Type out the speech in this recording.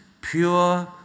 pure